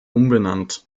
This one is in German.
umbenannt